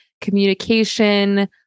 communication